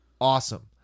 awesome